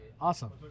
Awesome